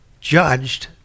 judged